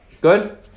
good